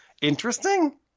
interesting